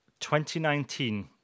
2019